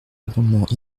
amendements